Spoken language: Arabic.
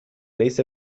ليس